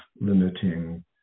limiting